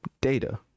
data